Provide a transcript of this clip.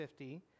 50